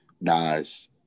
Nas